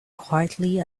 quietly